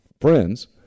friends